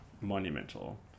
Monumental